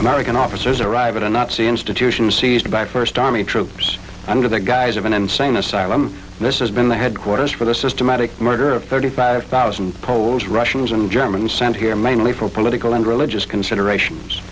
american officers arrived at a nazi institution seized by first army troops under the guise of an insane asylum and this has been the headquarters for the systematic murder of thirty five thousand poles russians and germans sent here mainly for political and religious considerations